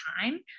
time